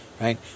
right